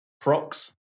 Prox